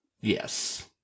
Yes